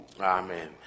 Amen